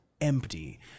empty